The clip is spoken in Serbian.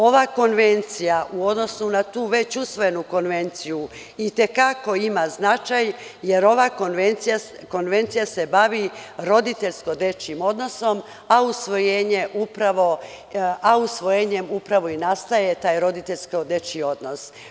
Ova konvencija u odnosu na tu već usvojenu konvenciju itekako ima značaj, jer ova konvencija se bavi roditeljsko dečijim odnosom, a usvojenjem upravo i nastaje taj roditeljsko dečiji odnos.